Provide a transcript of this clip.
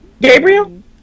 Gabriel